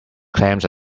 clams